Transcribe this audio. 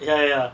ya ya